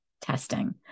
testing